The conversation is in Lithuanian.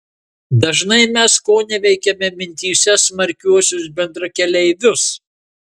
dažnai mes koneveikiame mintyse smarkiuosius bendrakeleivius